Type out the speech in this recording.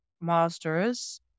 masters